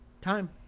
Time